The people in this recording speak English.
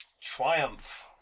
triumph